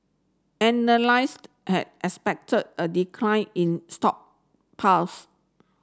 analyst had expected a decline in stock pulse